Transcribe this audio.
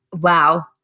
wow